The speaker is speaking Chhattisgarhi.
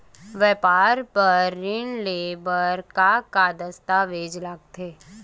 व्यापार बर ऋण ले बर का का दस्तावेज लगथे?